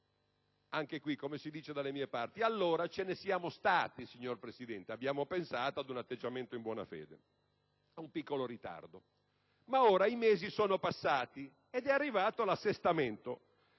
(anche qui come si dice dalle mie parti), allora ce ne siamo stati, signor Presidente: abbiamo pensato ad un atteggiamento in buona fede, ad un piccolo ritardo. Ma ora i mesi sono passati ed è arrivato l'assestamento.